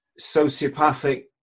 sociopathic